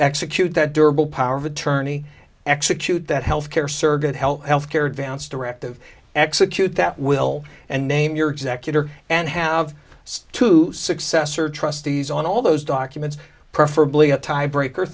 execute that durable power of attorney execute that health care surrogate health health care advance directive execute that will and name your executor and have two successor trustees on all those documents preferably a tie breaker